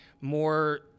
more